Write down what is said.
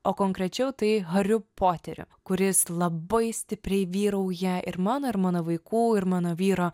o konkrečiau tai hariu poteriu kuris labai stipriai vyrauja ir mano ir mano vaikų ir mano vyro